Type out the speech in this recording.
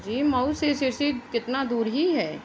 جی مئو سے سرسی کتنا دور ہی ہے